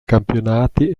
campionati